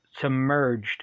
submerged